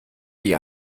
dir